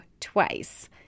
twice